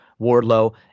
Wardlow